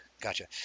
gotcha